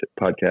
podcast